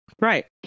right